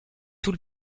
tout